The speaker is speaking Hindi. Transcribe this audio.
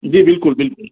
जी बिल्कुल बिल्कुल